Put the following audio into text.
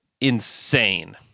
insane